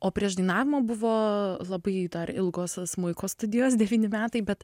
o prieš dainavimą buvo labai dar ilgos smuiko studijos devyni metai bet